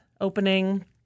opening